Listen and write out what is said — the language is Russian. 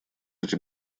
эти